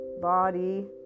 body